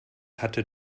hatte